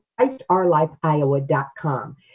ChristOurLifeIowa.com